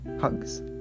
hugs